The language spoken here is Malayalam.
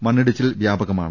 മണ്ണിടിച്ചിൽ വ്യാപ കമാണ്